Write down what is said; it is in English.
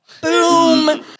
boom